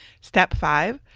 step five,